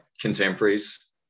contemporaries